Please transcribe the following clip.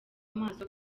maso